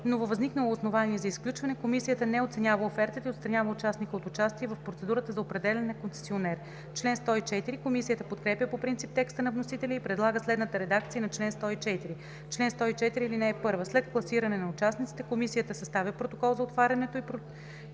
нововъзникнало основание за изключване, комисията не оценява офертата и отстранява участника от участие в процедурата за определяне на концесионер.“ Комисията подкрепя по принцип текста на вносителя и предлага следната редакция на чл. 104: „Чл. 104. (1) След класиране на участниците комисията съставя протокол за отварянето и прочитането